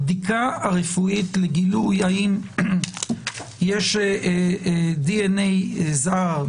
הבדיקה הרפואית לגילוי אם יש דנ"א זר,